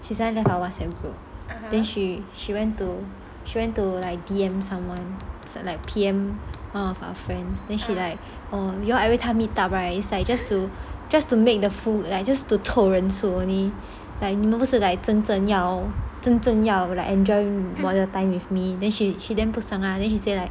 she suddenly left our whatsapp group then she she went to she went to like D_M someone like P_M one of our friends then she like you all everytime meet up right just to make the full just 凑人数 only 你们不是真正要真正要 enjoy 我的 time with me then she damn 不爽 then she she say like